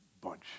bunch